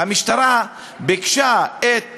המשטרה ביקשה את